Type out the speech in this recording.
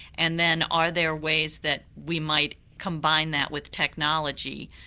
and then are there ways that we might combine that with technology?